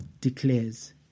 declares